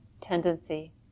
tendency